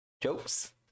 jokes